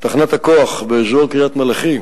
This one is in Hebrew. כוח באזור באר-טוביה, קריית-מלאכי.